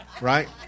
right